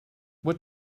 what